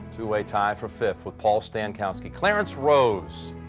to a tie for fifth with paul stankowski clarence rose